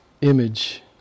image